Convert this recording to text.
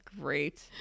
Great